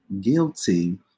guilty